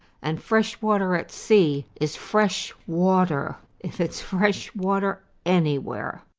and fresh water at sea is fresh water if its fresh water any where,